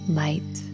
light